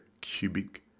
cubic